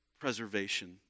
preservation